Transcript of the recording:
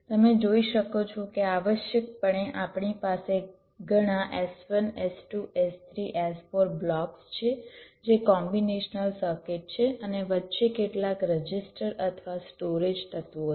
તમે જોઈ શકો છો કે આવશ્યકપણે આપણી પાસે ઘણા S1 S2 S3 S4 blocks છે જે કોમ્બીનેશનલ સર્કિટ છે અને વચ્ચે કેટલાક રજિસ્ટર અથવા સ્ટોરેજ તત્વો છે